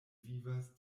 vivas